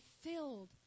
filled